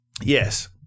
Yes